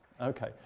okay